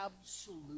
absolute